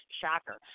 Shocker